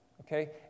Okay